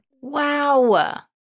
Wow